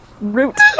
Root